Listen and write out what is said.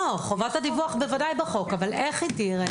חובת הדיווח בוודאי בחוק אבל איך הדיווח ייראה.